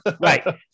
Right